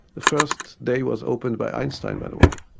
the first day was opened by einstein, by the way.